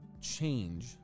change